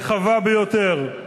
רחבה ביותר,